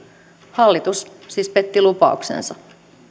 hallitus siis petti lupauksensa